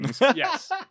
Yes